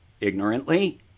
ignorantly